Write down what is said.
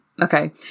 Okay